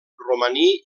romaní